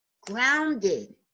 grounded